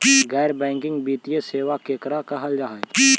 गैर बैंकिंग वित्तीय सेबा केकरा कहल जा है?